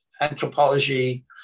anthropology